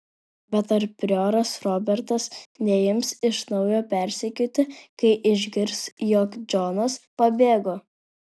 bet ar prioras robertas neims iš naujo persekioti kai išgirs jog džonas pabėgo